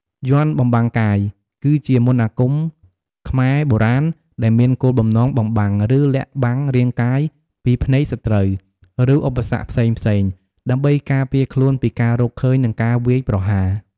យ័ន្តបំបាំងកាយ គឺជាមន្តអាគមខ្មែរបុរាណដែលមានគោលបំណងបំបាំង ឬលាក់បាំងរាងកាយពីភ្នែកសត្រូវ ឬឧបសគ្គផ្សេងៗ ដើម្បីការពារខ្លួនពីការរកឃើញ និងការវាយប្រហារ។